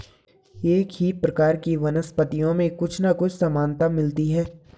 एक ही प्रकार की वनस्पतियों में कुछ ना कुछ समानता मिलती है